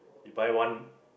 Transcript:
you buy one